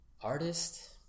artist